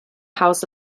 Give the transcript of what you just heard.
house